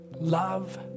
love